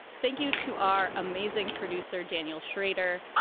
thank you to our amazing producer, daniel shrader.